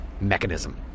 Mechanism